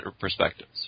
perspectives